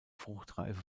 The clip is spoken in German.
fruchtreife